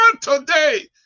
today